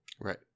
right